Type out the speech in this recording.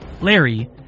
Larry